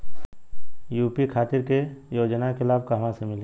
UP खातिर के योजना के लाभ कहवा से मिली?